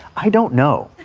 i don't know.